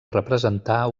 representar